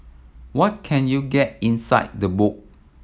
what can you get inside the book